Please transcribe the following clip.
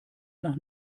nach